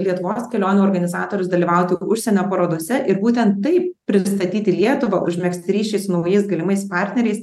lietuvos kelionių organizatorius dalyvauti užsienio parodose ir būtent taip pristatyti lietuvą užmegzti ryšį su naujais galimais partneriais